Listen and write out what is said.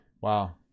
wow